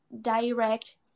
direct